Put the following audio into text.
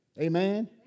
Amen